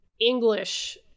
English